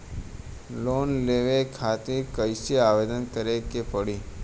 Loan लेवे खातिर कइसे आवेदन करें के पड़ी?